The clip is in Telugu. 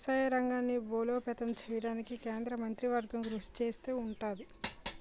వ్యవసాయ రంగాన్ని బలోపేతం చేయడానికి కేంద్ర మంత్రివర్గం కృషి చేస్తా ఉంటది